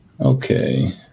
okay